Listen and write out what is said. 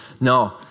No